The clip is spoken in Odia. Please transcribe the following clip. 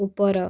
ଉପର